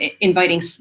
inviting